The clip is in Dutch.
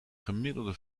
gemiddelde